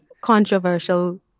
controversial